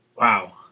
wow